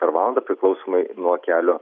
per valandą priklausomai nuo kelio